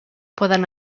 poden